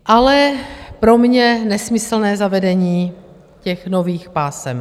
Ale pro mě je nesmyslné zavedení těch nových pásem.